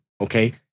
Okay